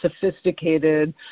sophisticated